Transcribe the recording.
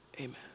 amen